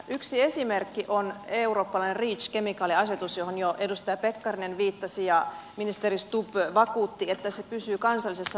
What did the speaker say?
yksi esimerkki on eurooppalainen reach kemikaaliasetus johon jo edustaja pekkarinen viittasi ja ministeri stubb vakuutti että se pysyy kansallisessa lainsäädännössä